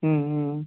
ம் ம்